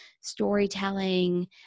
storytelling